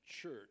church